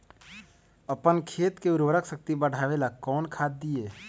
अपन खेत के उर्वरक शक्ति बढावेला कौन खाद दीये?